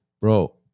Bro